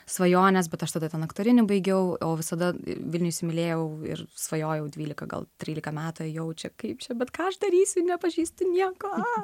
svajones bet aš tada ten aktorinį baigiau o visada vilnių įsimylėjau ir svajojau dvylika gal trylika metų jau čia kaip čia bet ką aš darysiu nepažįsti nieko